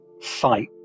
fight